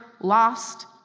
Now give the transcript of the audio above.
lost